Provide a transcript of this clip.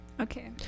Okay